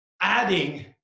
adding